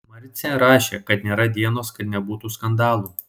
marcė rašė kad nėra dienos kad nebūtų skandalų